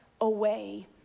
away